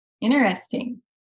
interesting